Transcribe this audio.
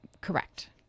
correct